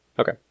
okay